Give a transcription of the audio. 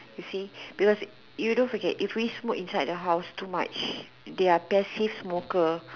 you see because you don't forget if we smoke inside the house too much they are passive smoker